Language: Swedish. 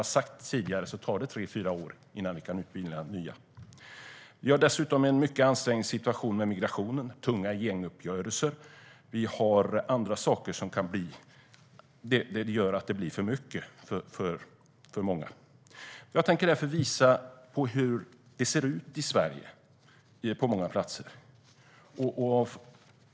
Precis som har sagts här tar det tre fyra år att utbilda nya. Dessutom har vi en mycket ansträngd situation med migrationen, tunga gänguppgörelser och andra saker som gör att det kan bli för mycket. Jag tänkte därför visa hur det ser ut på många platser.